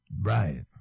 Right